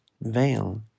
veil